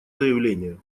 заявление